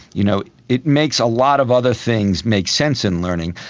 you know it makes a lot of other things make sense in learning.